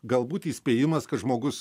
galbūt įspėjimas kad žmogus